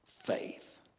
Faith